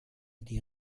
die